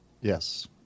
Yes